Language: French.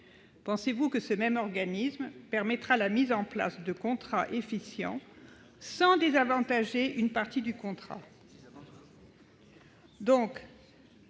Pensez-vous que ce même organisme permettra la mise en place de contrats efficients sans désavantager une partie du contrat ?